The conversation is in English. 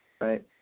Right